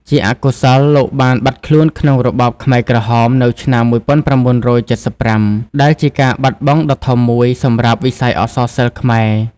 ជាអកុសល លោកបានបាត់ខ្លួនក្នុងរបបខ្មែរក្រហមនៅឆ្នាំ ១៩៧៥ ដែលជាការបាត់បង់ដ៏ធំមួយសម្រាប់វិស័យអក្សរសិល្ប៍ខ្មែរ។